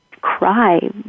cry